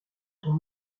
ton